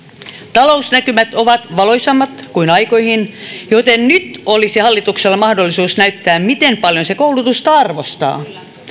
talousnäkymät ovat valoisammat kuin aikoihin joten nyt olisi hallituksella mahdollisuus näyttää miten paljon se koulutusta arvostaa